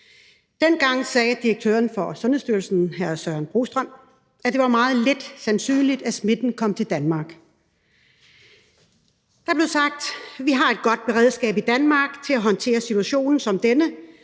Dengang sagde direktøren for Sundhedsstyrelsen, hr. Søren Brostrøm, at det var meget lidt sandsynligt, at smitten kom til Danmark. Der blev sagt: »Vi har et godt beredskab i Danmark til at håndtere situationer som denne,